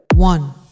One